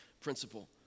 principle